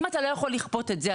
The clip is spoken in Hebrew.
אם אתה לא יכול לכפות את זה,